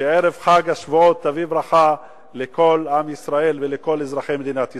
שערב חג שבועות תביא ברכה לכל עם ישראל ולכל אזרחי מדינת ישראל.